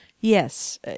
Yes